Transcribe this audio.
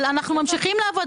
אבל אנחנו ממשיכים לעבוד.